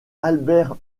albert